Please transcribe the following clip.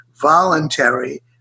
voluntary